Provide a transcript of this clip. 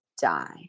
die